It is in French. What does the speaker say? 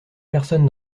personne